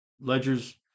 ledgers